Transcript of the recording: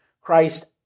Christ